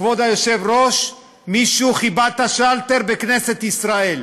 כבוד היושב-ראש, מישהו כיבה את השלטר בכנסת ישראל.